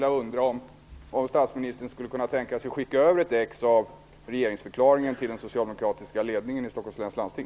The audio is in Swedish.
Jag undrar också om statsministern skulle kunna tänka sig att skicka över ett exemplar av regeringsförklaringen till den socialdemokratiska ledningen i Stockholms läns landsting.